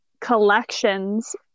collections